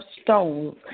stones